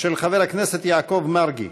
של חבר הכנסת יעקב מרגי.